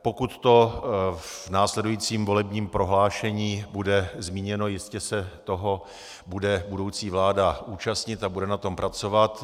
Pokud to v následujícím volebním prohlášení bude zmíněno, jistě se toho budoucí vláda účastní a bude na tom pracovat.